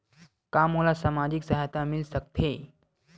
का मोला सामाजिक सहायता मिल सकथे?